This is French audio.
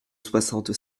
soixante